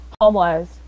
homeless